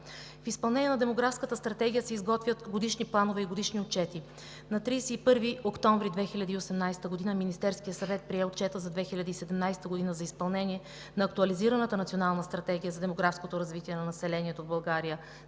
В изпълнение на демографската стратегия се изготвят годишни планове и годишни отчети. На 31 октомври 2018 г. Министерският съвет прие Отчета за 2017 г. за изпълнение на Актуализираната национална стратегия за демографско развитие на населението в България